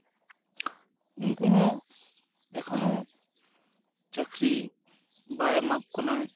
ᱩᱱᱠᱩ ᱦᱚᱸ ᱮᱠᱷᱚᱱᱳ ᱪᱟᱠᱨᱤ ᱵᱟᱭ ᱮᱢᱟ ᱠᱚ ᱠᱟᱱᱟ